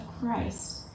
Christ